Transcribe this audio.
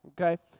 okay